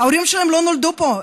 ההורים שלהם לא נולדו פה,